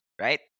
right